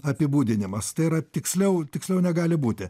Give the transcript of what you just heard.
apibūdinimas tai yra tiksliau tiksliau negali būti